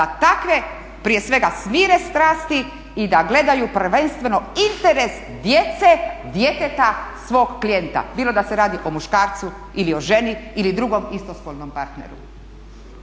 da takve prije svega smire strasti i da gledaju prvenstveno interes djece, djeteta svog klijenta, bilo da se radi o muškarcu ili o ženi ili drugom istospolnom partneru.